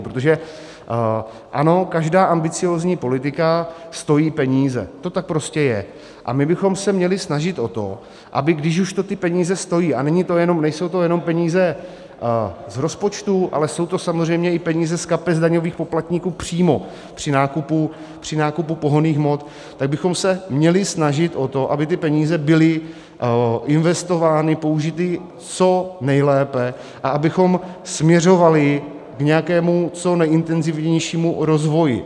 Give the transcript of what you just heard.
Protože ano, každá ambiciózní politika stojí peníze, to tak prostě je, a my bychom se měli snažit o to, aby, když už to ty peníze stojí a nejsou to jenom peníze z rozpočtu, ale jsou to samozřejmě i peníze z kapes daňových poplatníků přímo při nákupu pohonných hmot tak bychom se měli snažit o to, aby ty peníze byly investovány, použity co nejlépe a abychom směřovali k nějakému co nejintenzivnějšímu rozvoji.